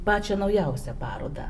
pačią naujausią parodą